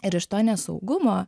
ir iš to nesaugumo